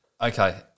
Okay